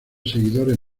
seguidores